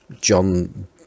John